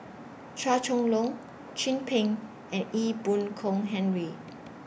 Chua Chong Long Chin Peng and Ee Boon Kong Henry